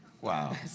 Wow